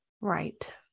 Right